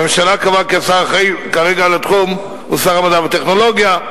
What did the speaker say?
הממשלה קבעה כי השר האחראי כרגע לתחום הוא שר המדע והטכנולוגיה,